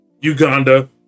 Uganda